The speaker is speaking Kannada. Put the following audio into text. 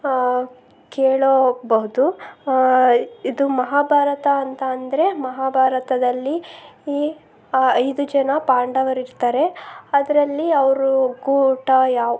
ಕೇಳಬಹುದು ಇದು ಮಹಾಭಾರತ ಅಂತ ಅಂದರೆ ಮಹಾಭಾರತದಲ್ಲಿ ಈ ಆ ಐದು ಜನ ಪಾಂಡವರಿರ್ತಾರೆ ಅದರಲ್ಲಿ ಅವರು ಕೂಟ ಯಾವ